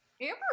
Amber